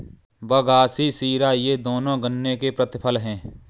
बगासी शीरा ये दोनों गन्ने के प्रतिफल हैं